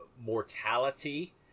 mortality